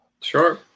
Sure